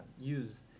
use